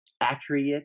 Accurate